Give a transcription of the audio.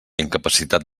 incapacitat